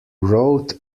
wrote